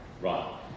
Right